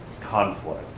conflict